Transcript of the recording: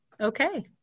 Okay